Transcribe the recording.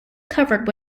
covered